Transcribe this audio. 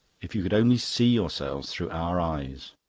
if you could only see yourselves through our eyes!